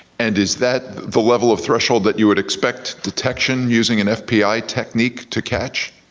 and is that the level of threshold that you would expect detection using an fpi technique to catch?